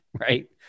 right